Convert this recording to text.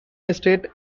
estate